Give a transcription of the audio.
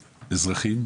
אזרחים,